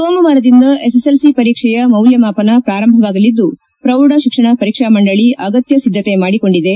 ಸೋಮವಾರದಿಂದ ಎಸ್ಎಸ್ಎಲ್ಸಿ ಪರೀಕ್ಷೆಯ ಮೌಲ್ಯಮಾಪನ ಪ್ರಾರಂಭವಾಗಲಿದ್ದು ಪ್ರೌಢ ಶಿಕ್ಷಣ ಪರೀಕ್ಷಾ ಮಂಡಳಿ ಅಗತ್ಯ ಸಿದ್ದತೆ ಮಾಡಿಕೊಂಡಿದೆ